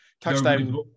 touchdown